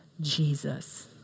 Jesus